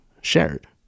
shared